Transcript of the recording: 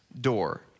door